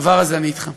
בדבר הזה אני אתך.